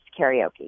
karaoke